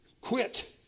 Quit